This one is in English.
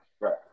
Right